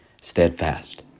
steadfast